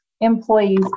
employees